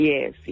Yes